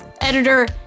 Editor